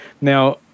Now